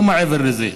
לא מעבר לזה.